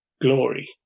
glory